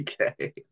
Okay